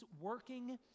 working